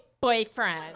boyfriend